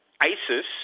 ISIS